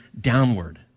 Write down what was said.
downward